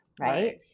right